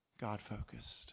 God-focused